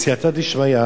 בסייעתא דשמיא,